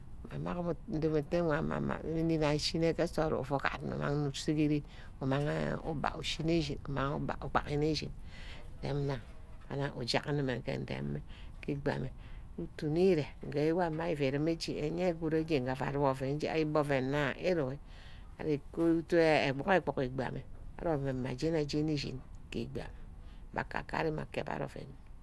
Amagu, ndowo atte wanme amag, ugoha îshíne ke nsort ho' ufu-fu gap nne usaj ke ren umang uba usení íshíg, uma una ubaghine ke eshin ushag nneme nge ndeme, igbame utu nni ere nge wo ari-fufu evu rume achi, enye nna írugí íre îkutu egbug egbug egbiama ari oven mma j́ení-j́ení ushení ke egba mme akaka ari mme akab ari oven